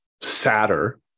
sadder